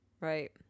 right